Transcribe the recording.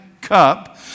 cup